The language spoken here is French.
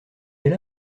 elle